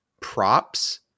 props